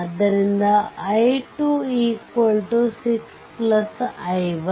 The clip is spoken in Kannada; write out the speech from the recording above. ಆದ್ದರಿಂದ i2 6 i1